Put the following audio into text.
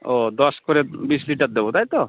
ও দশ করে বিশ লিটার দেব তাই তো